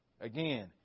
Again